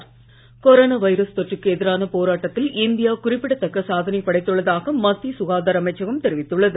கோவிட்தடுப்பூசி corona virus தொற்றுக்கு எதிரான போராட்டத்தில் இந்தியா குறிப்பிடத் தக்க சாதனை படைத்துள்ளதாக மத்திய சுகாதார அமைச்சகம் தெரிவித்துள்ளது